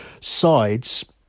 sides